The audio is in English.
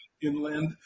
inland